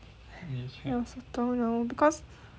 I also don't know because